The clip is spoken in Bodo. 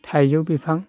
थाइजौ बिफां